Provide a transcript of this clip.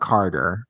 Carter